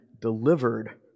delivered